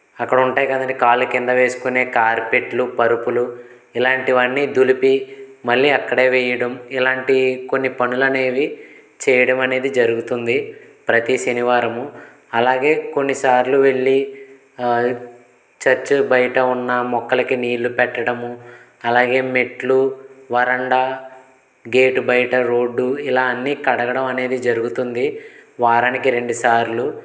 అక్కడ ఉంటాయి కదండి కాళ్ళు కింద వేసుకునే కార్పెట్లు పరుపులు ఇలాంటివన్నీ దులిపి మళ్ళీ అక్కడే వేయడం ఇలాంటి కొన్ని పనులు అనేవి చేయడం అనేది జరుగుతుంది ప్రతి శనివారము అలాగే కొన్నిసార్లు వెళ్లి చర్చ్ బయట ఉన్న మొక్కలకి నీళ్లు పెట్టడము అలాగే మెట్లు వరండా గేటు బయట రోడ్డు ఇలా అన్నీ కడగడం అనేది జరుగుతుంది వారానికి రెండుసార్లు